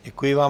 Děkuji vám.